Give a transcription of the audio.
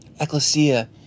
Ecclesia